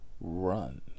run